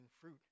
fruit